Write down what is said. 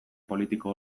politiko